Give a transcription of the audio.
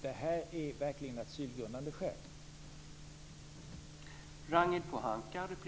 Det är verkligen asylgrundande skäl.